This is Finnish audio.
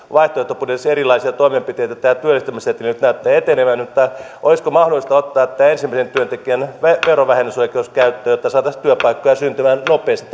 vaihtoehtobudjetissa erilaisia toimenpiteitä ja tämä työllistämisseteli nyt näyttää etenevän niin olisiko mahdollista ottaa tämä ensimmäisen työntekijän verovähennysoikeus käyttöön jotta saataisiin työpaikkoja syntymään nopeasti